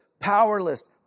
Powerless